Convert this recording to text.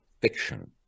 fiction